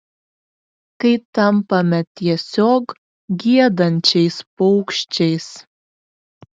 kai tampame tiesiog giedančiais paukščiais